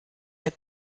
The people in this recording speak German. der